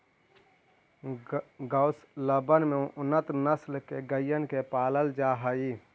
गौशलबन में उन्नत नस्ल के गइयन के पालल जा हई